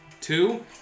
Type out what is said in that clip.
Two